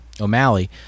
O'Malley